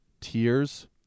Tears